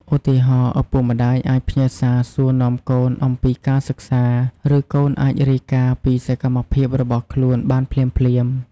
ឧទាហរណ៍ ឪពុកម្ដាយអាចផ្ញើសារសួរនាំកូនអំពីការសិក្សា ឬកូនអាចរាយការណ៍ពីសកម្មភាពរបស់ខ្លួនបានភ្លាមៗ។